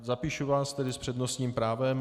Zapíšu vás tedy s přednostním právem.